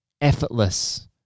effortless